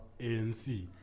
ANC